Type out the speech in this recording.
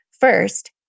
first